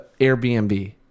Airbnb